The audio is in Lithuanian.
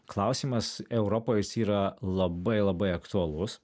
klausimas europoj jis yra labai labai aktualus